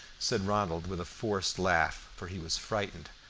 said ronald with a forced laugh, for he was frightened.